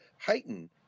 heighten